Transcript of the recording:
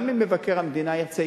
גם אם מבקר המדינה ירצה.